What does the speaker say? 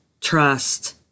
trust